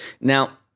now